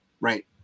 right